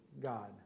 God